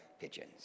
pigeons